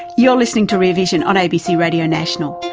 you're listening to rear vision on abc radio national.